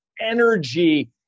energy